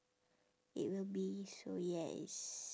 it will be so yes